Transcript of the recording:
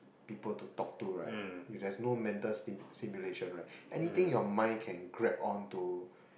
people to talk to right there's no mental sim~ simulation right anything your mind can grab onto